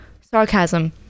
sarcasm